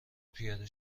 پیاده